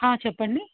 చెప్పండి